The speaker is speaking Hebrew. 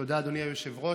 תודה, אדוני היושב-ראש.